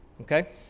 Okay